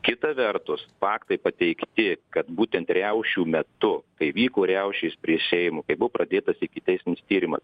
kita vertus faktai pateikti kad būtent riaušių metu kai vyko riaušės prie seimo kai buvo pradėtas ikiteisminis tyrimas